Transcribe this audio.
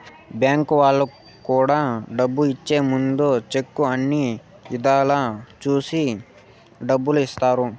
bank వాళ్ళు కూడా డబ్బు ఇచ్చే ముందు సెక్కు అన్ని ఇధాల చూసి డబ్బు ఇత్తారు